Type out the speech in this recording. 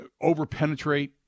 over-penetrate